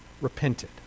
repented